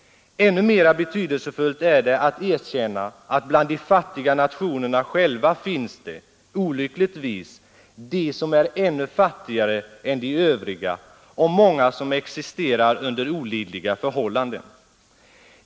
Ännu mera betydelsefullt är det att erkänna att bland de fattiga nationerna själva finns det, olyckligtvis, de som är ännu fattigare än de övriga och många som existerar under olidliga förhållanden.